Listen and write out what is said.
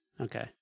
Okay